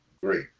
great